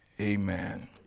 Amen